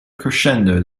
crescendo